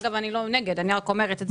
אגב, אני לא נגד, אני רק אומרת את זה.